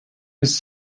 his